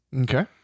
Okay